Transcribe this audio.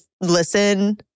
listen